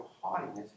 haughtiness